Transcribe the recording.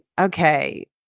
okay